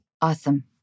Awesome